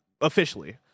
officially